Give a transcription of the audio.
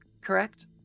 correct